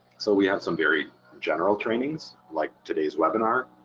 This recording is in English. so we have some very general trainings like today's webinar,